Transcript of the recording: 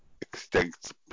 extinct